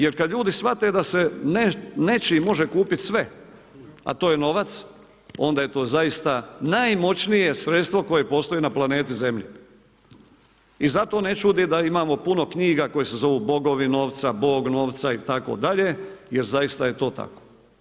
Jer kada ljudi shvate da se nečim može kupiti sve, a to je novac, onda je to zaista najmoćnije sredstvo koje postoji na planeti Zemlji i zato ne čudi da imamo puno knjiga koje se zovu Bogovi novca, Bog novca itd. jer zaista je to tako.